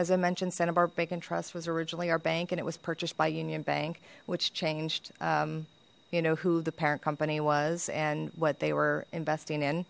as i mentioned santa barbra can trust was originally our bank and it was purchased by union bank which changed you know who the parent company was and what they were investing in